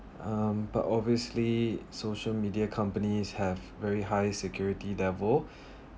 um but obviously social media companies have very high security level